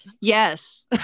Yes